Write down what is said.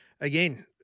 again